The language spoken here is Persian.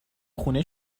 خونه